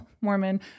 Mormon